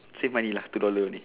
save money lah two dollar only